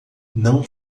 não